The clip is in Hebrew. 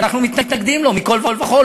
שאנחנו מתנגדים לו מכול וכול,